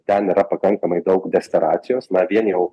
ten yra pakankamai daug desperacijos man vien jau